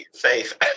faith